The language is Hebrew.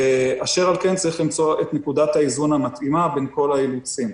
אשר על כן צריך למצוא את נקודת האיזון המתאימה בין כל האילוצים.